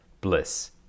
bliss